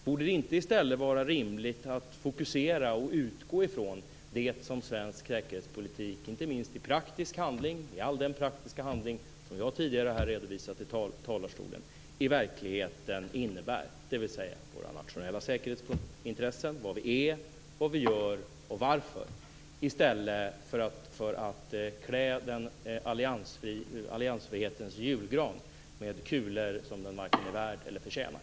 Borde det inte i stället vara rimligt att fokusera på och utgå från vad svensk säkerhetspolitik, inte minst i praktisk handling, i all den praktiska handling som jag tidigare här har redovisat i talarstolen, i verkligheten innebär? Det handlar om våra nationella säkerhetsintressen, vilka de är, vad vi gör och varför. Vore inte det bättre än att klä alliansfrihetens julgran med kulor som den varken är värd eller förtjänar?